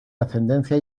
ascendencia